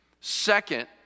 Second